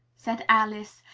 said alice,